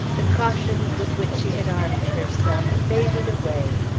the cautions with which she had armed herself faded away.